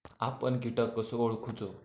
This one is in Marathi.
आपन कीटक कसो ओळखूचो?